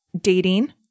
dating